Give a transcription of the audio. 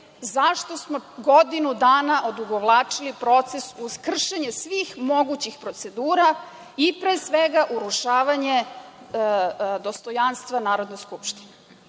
zašto smo godinu dana odugovlačili proces, uz kršenje svih mogućih procedura, i pre svega, urušavanje dostojanstva Narodne skupštine.